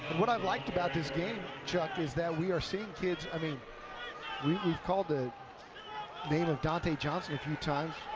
what i like about this game, chuck, is that we're seeing kids, i mean we called the name of donte johnson a few times,